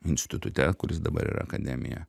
institute kuris dabar yra akademija